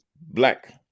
black